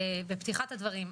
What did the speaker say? בפתיחת הדברים,